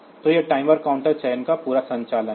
तो यह timer counter चयन का पूरा संचालन है